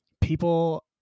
people